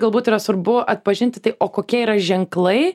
galbūt yra svarbu atpažinti tai o kokie yra ženklai